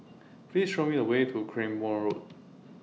Please Show Me The Way to Cranborne Road